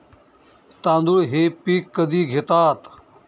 तांदूळ हे पीक कधी घेतात?